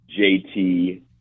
JT